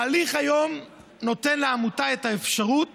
ההליך היום נותן לעמותה את האפשרות